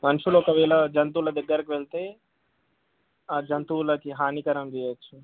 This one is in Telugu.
మనుషుల ఒకవేళ జంతువుల దగ్గరికి వెళ్తే ఆ జంతువులకి హానికరం చేయొచ్చు